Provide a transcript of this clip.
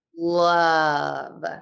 love